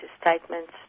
statements